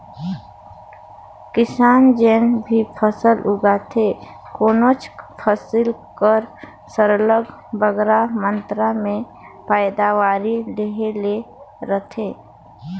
किसान जेन भी फसल उगाथे कोनोच फसिल कर सरलग बगरा मातरा में पएदावारी लेहे ले रहथे